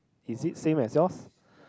is it same as yours